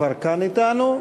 כבר כאן אתנו.